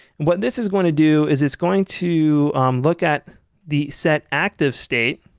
and what this is going to do is it's going to look at the setactive state